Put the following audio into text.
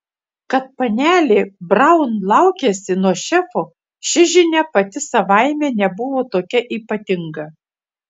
kad panelė braun laukiasi nuo šefo ši žinia pati savaime nebuvo tokia ypatinga